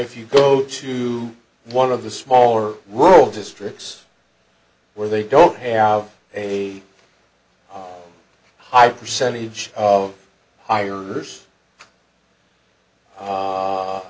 if you go to one of the smaller world districts where they don't have a high percentage of hires